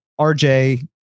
RJ